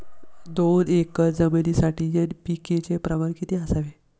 दोन एकर जमिनीसाठी एन.पी.के चे प्रमाण किती असावे?